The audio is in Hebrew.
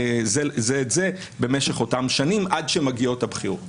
זה את זה, במשך אותם שנים עד שמגיעות הבחירות.